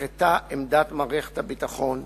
נדחתה עמדת מערכת הביטחון,